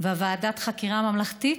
וועדת חקירה ממלכתית,